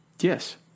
Yes